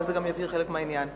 ואז זה גם יבהיר חלק מהעניין.